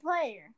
player